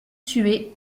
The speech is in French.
tués